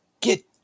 Get